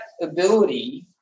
ability